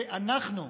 שאנחנו,